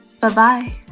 Bye-bye